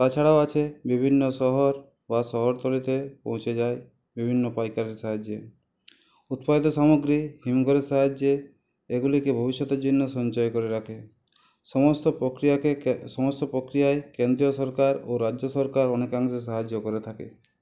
তাছাড়াও আছে বিভিন্ন শহর বা শহরতলিতে পৌঁছে যায় বিভিন্ন পাইকারের সাহয্যে উৎপাদিত সামগ্রী হিমঘরের সাহায্যে এগুলিকে ভবিষ্যতের জন্য সঞ্চয় করে রাখে সমস্ত প্রক্রিয়াকে সমস্ত প্রক্রিয়ায় কেন্দ্রীয় সরকার ও রাজ্য সরকার অনেকাংশে সাহায্য করে থাকে